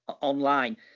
online